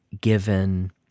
given